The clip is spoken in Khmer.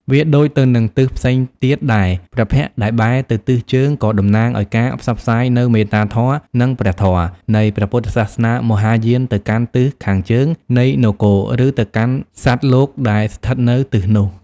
វាដូចទៅនឹងទិសផ្សេងទៀតដែរ ព្រះភ័ក្ត្រដែលបែរទៅទិសជើងក៏តំណាងឱ្យការផ្សព្វផ្សាយនូវមេត្តាធម៌និងព្រះធម៌នៃព្រះពុទ្ធសាសនាមហាយានទៅកាន់ទិសខាងជើងនៃនគរ ឬទៅកាន់សត្វលោកដែលស្ថិតនៅទិសនោះ។